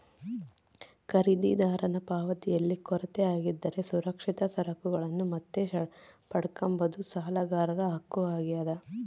ಖರೀದಿದಾರರ ಪಾವತಿಯಲ್ಲಿ ಕೊರತೆ ಆಗಿದ್ದರೆ ಸುರಕ್ಷಿತ ಸರಕುಗಳನ್ನು ಮತ್ತೆ ಪಡ್ಕಂಬದು ಸಾಲಗಾರರ ಹಕ್ಕು ಆಗ್ಯಾದ